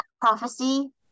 prophecy